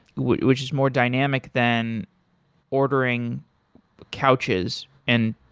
which is more dynamic than ordering couches and,